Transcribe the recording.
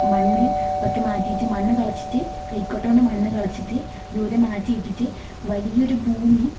മണ്ണ് ഒക്കെ മാറ്റിയിട്ട് മണ്ണ് കിളച്ചിട്ട് കൈക്കോട്ടുകൊണ്ട് മണ്ണ് കിളച്ചിട്ട് ദൂരെ മാറ്റിയിട്ടിട്ട് വലിയൊരു ഭൂമി